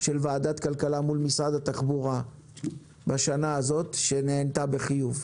של ועדת הכלכלה מול משרד התחבורה בשנה הזאת שנענתה בחיוב.